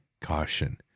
caution